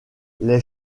les